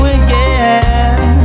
again